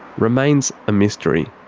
remains a mystery.